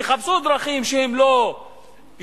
תחפשו דרכים שהן לא גלויות,